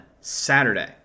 Saturday